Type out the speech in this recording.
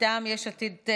מטעם יש עתיד-תל"ם,